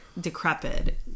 decrepit